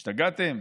השתגעתם?